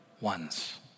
ones